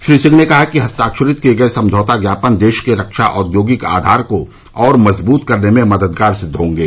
श्री सिंह ने कहा कि हस्ताक्वरित किये गये समझौता ज्ञापन देश के रक्षा औद्योगिक आधार को और मजबूत करने में मददगार सिद्व होंगे